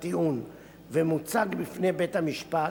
הטיעון ומוצג לפני בית-המשפט,